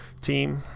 team